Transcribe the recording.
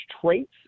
traits